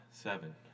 Seven